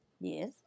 Yes